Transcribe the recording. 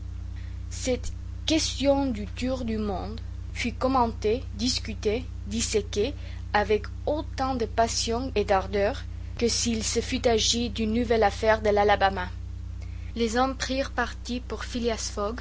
cette question du tour du monde fut commentée discutée disséquée avec autant de passion et d'ardeur que s'il se fût agi d'une nouvelle affaire de l'alabama les uns prirent parti pour